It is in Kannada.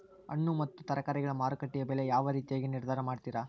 ಹಣ್ಣು ಮತ್ತು ತರಕಾರಿಗಳ ಮಾರುಕಟ್ಟೆಯ ಬೆಲೆ ಯಾವ ರೇತಿಯಾಗಿ ನಿರ್ಧಾರ ಮಾಡ್ತಿರಾ?